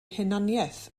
hunaniaeth